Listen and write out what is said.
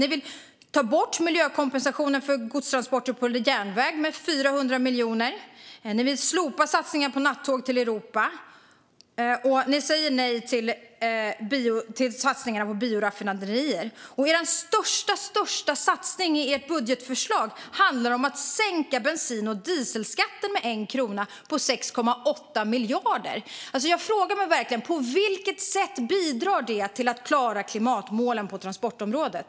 Ni vill ta bort miljökompensationen för godstransporter på järnväg - 400 miljoner. Ni vill slopa satsningen på nattåg till Europa. Och ni säger nej till satsningarna på bioraffinaderier. Den största satsningen i ert budgetförslag handlar om att sänka bensin och dieselskatten med 1 krona - 6,8 miljarder. Jag frågar mig verkligen: På vilket sätt bidrar detta till att klara klimatmålen på transportområdet?